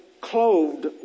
clothed